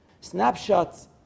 Snapshots